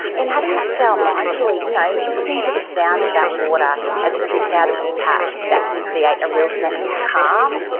and having that shower mindfully, you know listening to the sound of that water as it drips out of the tap, that can create a real sense of calm.